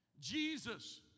Jesus